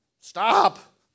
Stop